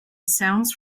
sounds